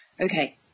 Okay